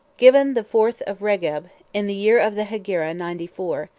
given the fourth of regeb, in the year of the hegira ninety-four,